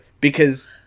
because-